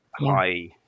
high